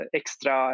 extra